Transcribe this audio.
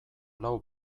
lau